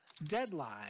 deadline